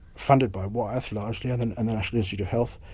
funded by wyeth largely and the national institute of health.